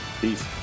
Peace